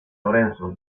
lorenzo